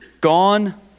Gone